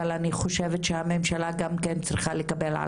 אבל אני חושבת שהממשלה גם כן צריכה לקבל על